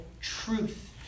truth